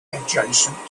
adjacent